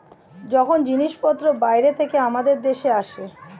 যখন জিনিসপত্র বাইরে থেকে আমাদের দেশে আসে